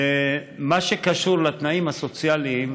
ומה שקשור לתנאים הסוציאליים,